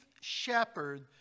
shepherd